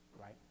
right